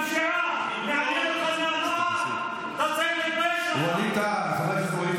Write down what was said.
לנשירה חבר הכנסת ווליד טאהא,